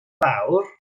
fawr